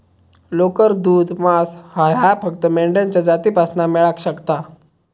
लोकर, दूध, मांस ह्या फक्त मेंढ्यांच्या जातीपासना मेळाक शकता